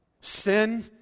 Sin